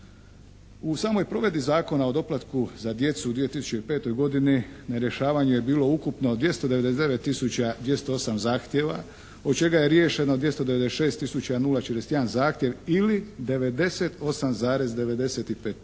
U samoj provedbi Zakona o doplatku za djecu u 2005. godini na rješavanju je bilo ukupno 299 tisuća 208 zahtjeva od čega je riješeno 296 041 zahtjev ili 98,98%